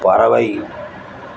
பறவை